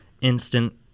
instant